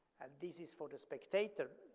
this is for the spectator,